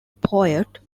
poet